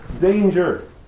danger